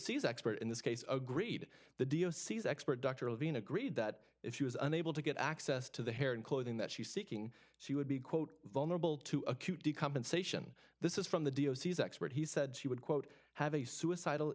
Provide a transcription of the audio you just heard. sees expert in this case agreed the d o sees expert dr levine agreed that if she was unable to get access to the hair and clothing that she seeking she would be quote vulnerable to a cutie compensation this is from the d o c s expert he said she would quote have a suicidal